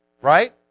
right